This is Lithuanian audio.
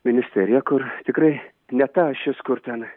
ministerija kur tikrai ne ta ašis kur ten